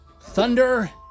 thunder